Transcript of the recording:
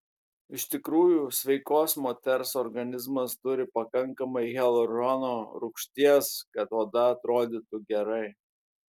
iš tikrųjų sveikos moters organizmas turi pakankamai hialurono rūgšties kad oda atrodytų gerai